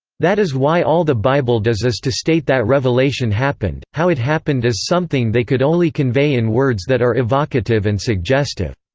that is why all the bible does is to state that revelation happened. how it happened is something they could only convey in words that are evocative and suggestive.